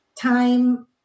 time